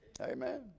Amen